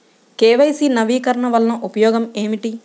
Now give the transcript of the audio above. KYC నవీకరణ వలన ఉపయోగం ఏమిటీ?